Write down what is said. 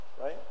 right